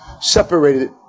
separated